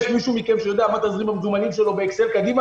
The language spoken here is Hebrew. יש מישהו מכם שיודע מה תזרים המזומנים שלו באקסל קדימה?